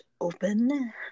open